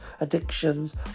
addictions